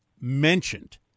mentioned